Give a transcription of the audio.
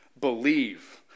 Believe